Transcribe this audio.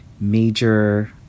major